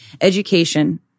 education